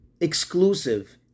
exclusive